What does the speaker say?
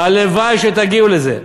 הלוואי שתגיעו לזה.